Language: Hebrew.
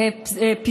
הכשרה,